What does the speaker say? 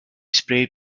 sprayed